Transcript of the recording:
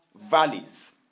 valleys